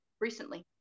recently